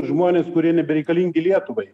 žmonės kurie nebereikalingi lietuvai